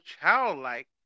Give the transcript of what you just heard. childlike